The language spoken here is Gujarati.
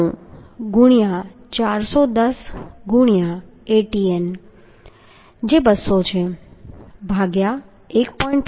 9 ગુણ્યાં 410 ગુણ્યાં Atn 200 છે ભાગ્યા 1